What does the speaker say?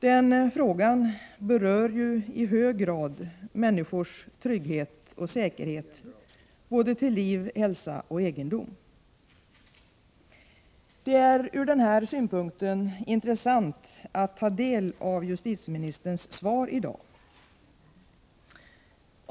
Den frågan berör i hög grad människors trygghet och säkerhet till liv, hälsa och egendom. Det är från den synpunkten intressant att ta del av justitieministerns svar i dag.